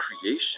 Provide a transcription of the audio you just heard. creation